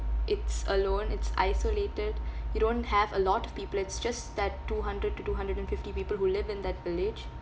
it's alone it's isolated you don't have a lot of people it's just that two hundred to two hundred and fifty people who live in that village